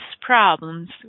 problems